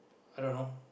i don't know